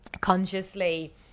consciously